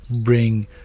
bring